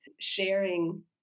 Sharing